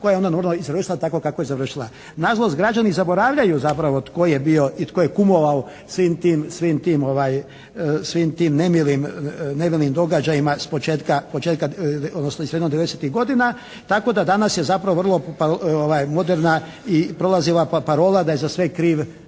koja je onda normalno i završila tako kako je završila. Nažalost građani zaboravljaju zapravo tko je bio i tko je kumovao svim tim, svim tim nemilim događajima s početka odnosno iz … /Govornik se ne razumije./ … devedesetih godina tako da danas je zapravo vrlo moderna i prolazi ova parola da je za sve kriv,